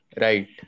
Right